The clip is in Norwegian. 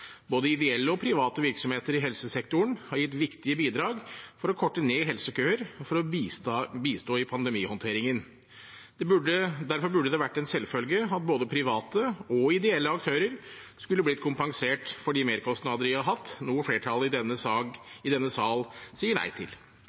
Både ideelle og private virksomheter i helsesektoren har gitt viktige bidrag for å korte ned helsekøer og for å bistå i pandemihåndteringen. Derfor burde det vært en selvfølge at både private og ideelle aktører ble kompensert for de merkostnader de har hatt, noe flertallet i denne sal sier nei til.